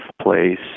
place